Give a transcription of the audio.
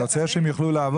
אני רוצה שהם יוכלו לעבוד.